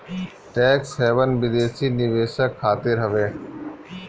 tax haven विदेशी निवेशक खातिर हवे